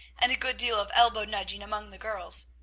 and a good deal of elbow-nudging among the girls.